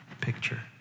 picture